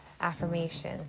affirmation